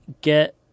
get